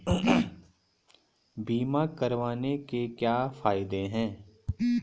बीमा करवाने के क्या फायदे हैं?